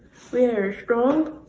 they're strong.